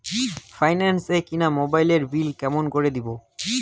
Finance এ কিনা মোবাইলের বিল কেমন করে দিবো?